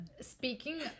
speaking